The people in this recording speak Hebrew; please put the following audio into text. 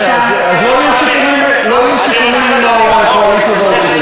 אני מבקש רגע, האם זה חל גם על חברי הכנסת?